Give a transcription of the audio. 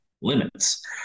limits